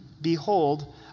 Behold